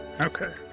Okay